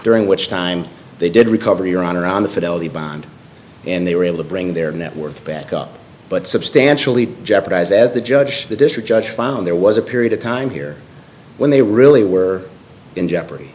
during which time they did recover your honor on the fidelity bond and they were able to bring their network back up but substantially jeopardize as the judge the district judge found there was a period of time here when they really were in jeopardy